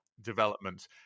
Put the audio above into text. development